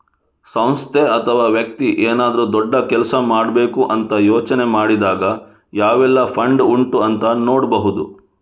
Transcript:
ಸಂಸ್ಥೆ ಅಥವಾ ವ್ಯಕ್ತಿ ಏನಾದ್ರೂ ದೊಡ್ಡ ಕೆಲಸ ಮಾಡ್ಬೇಕು ಅಂತ ಯೋಚನೆ ಮಾಡಿದಾಗ ಯಾವೆಲ್ಲ ಫಂಡ್ ಉಂಟು ಅಂತ ನೋಡ್ಬಹುದು